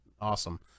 Awesome